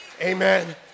Amen